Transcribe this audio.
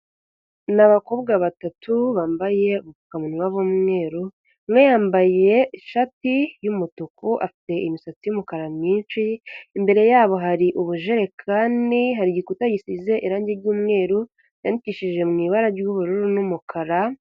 Ni abakobwa batatu bambaye ubupfukamunwa bw'umweru, umwe yambaye ishati y'umutuku, afite imisatsi y'umukara myinshi, imbere yabo hari ubujerekani, hari igikuta gisize irangi ry'umweru, cyandikishije mu ibara ry'ubururu n'umukara.